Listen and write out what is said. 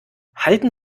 halten